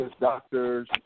doctors